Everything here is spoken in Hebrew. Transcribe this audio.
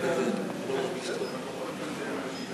חבר הכנסת יעקב אייכלר, ואחריו, חבר הכנסת וקנין.